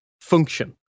function